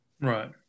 Right